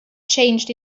changed